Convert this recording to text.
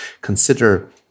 consider